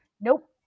nope